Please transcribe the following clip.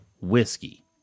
whiskey